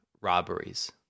robberies